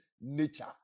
nature